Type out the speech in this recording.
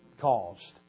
caused